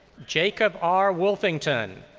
jacob r. wolfington.